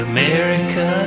America